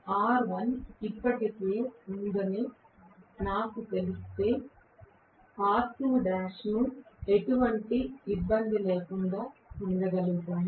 R1 ఇప్పటికే ఉందని నాకు తెలిస్తే R2l ను ఎటువంటి ఇబ్బంది లేకుండా పొందగలుగుతారు